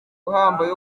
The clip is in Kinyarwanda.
uhambaye